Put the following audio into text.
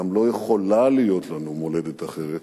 גם לא יכולה להיות לנו מולדת אחרת.